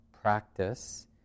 practice